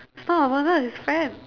it's not her mother it's friend